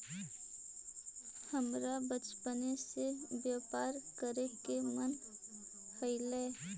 हमरा बचपने से व्यापार करे के मन हलई